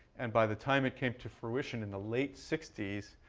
and by the time it came to fruition in the late sixty s,